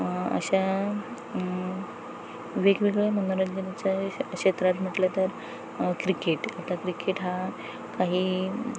अशा वेगवेगळ्या मनोरंजनाच्या क्षेत्रात म्हटलं तर क्रिकेट आता क्रिकेट हा काही